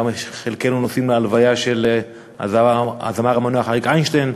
גם חלקנו נוסעים להלוויה של הזמר המנוח אריק איינשטיין.